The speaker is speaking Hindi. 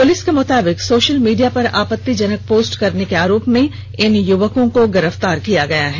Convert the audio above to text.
पुलिस के मुताबिक सोशल मीडिया पर आपत्तिजनक पोस्ट करने के आरोप में सभी युवकों को गिरफ्तार किया गया है